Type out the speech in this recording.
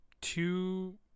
Two